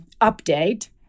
update